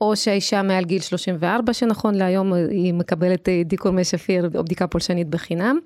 או שהאישה מעל גיל 34 שנכון להיום היא מקבלת דיקור מי שפיר או בדיקה פולשנית בחינם.